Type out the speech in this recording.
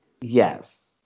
Yes